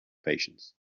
patience